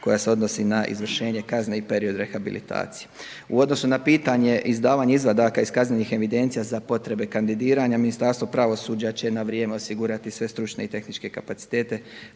koja se odnosi na izvršenje kazne i period rehabilitacije. U odnosu na pitanje izdavanje izvadaka iz kaznenih evidencija za potrebe kandidiranja Ministarstvo pravosuđa će na vrijeme osigurati sve stručne i tehničke kapacitete